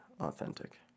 authentic